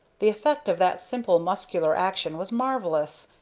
the effect of that simple muscular action was marvellous.